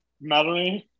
Madeline